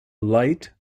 light